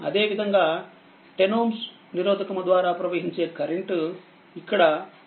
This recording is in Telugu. అదేవిధంగా10Ω నిరోధకము ద్వారా ప్రవహించే కరెంట్ ఇక్కడi10Ωi2i4i6